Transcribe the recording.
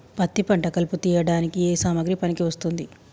పత్తి పంట కలుపు తీయడానికి ఏ సామాగ్రి పనికి వస్తుంది?